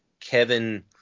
Kevin